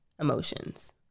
emotions